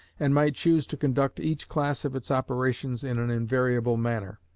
and might choose to conduct each class of its operations in an invariable manner.